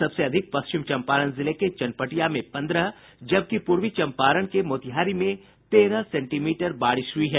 सबसे अधिक पश्चिम चंपारण जिले के चनपटिया में पन्द्रह जबकि पूर्वी चंपारण के मोतिहारी में तेरह सेंटीमीटर बारिश हुई है